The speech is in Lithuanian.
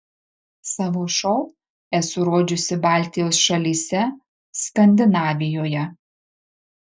savo šou esu rodžiusi baltijos šalyse skandinavijoje